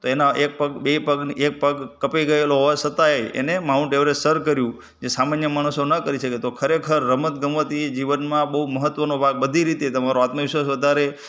તો એમનાં એક પગ બે પગ એક પગ કપાઇ ગયેલો હોવા છતાંય એમણે માઉન્ટ ઍવરેસ્ટ સર કર્યું જે સામાન્ય માણસો ના કરી શકે તો ખરેખર રમતગમત એ જીવનમાં બહુ મહત્ત્વનો ભાગ બધી રીતે તમારો આત્મવિશ્વાસ વધારે